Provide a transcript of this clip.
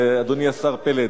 אדוני השר פלד.